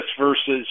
versus